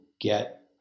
get